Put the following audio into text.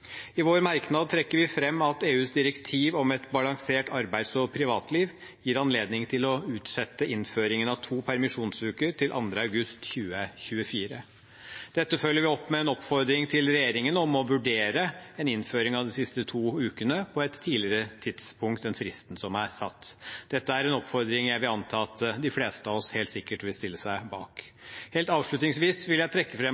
I vår merknad trekker vi fram at EUs direktiv om et balansert arbeids- og privatliv gir anledning til å utsette innføringen av to permisjonsuker til 2. august 2024. Dette følger vi opp med en oppfordring til regjeringen om å vurdere en innføring av de siste to ukene på et tidligere tidspunkt enn fristen som er satt. Dette er en oppfordring jeg vil anta at de fleste av oss helt sikkert vil stille seg bak. Helt avslutningsvis vil jeg trekke